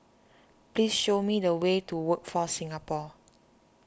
please show me the way to Workforce Singapore